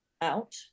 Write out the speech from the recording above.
out